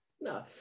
No